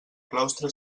claustre